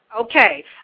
Okay